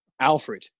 Alfred